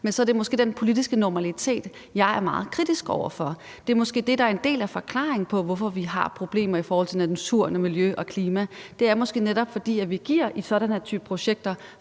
men så er det måske den politiske normalitet, jeg er meget kritisk over for. Det er måske det, der er en del af forklaringen på, hvorfor vi har problemer i forhold til natur og miljø og klima; det er måske netop, fordi vi i sådan en type projekter